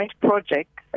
project